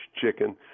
chicken